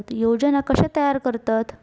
योजना कशे तयार करतात?